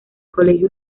colegio